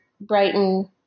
Brighton